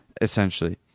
essentially